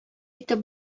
итеп